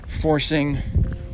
forcing